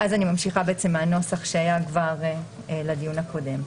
ואז אני ממשיכה בעצם מהנוסח שהיה כבר לדיון הקודם.